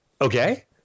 okay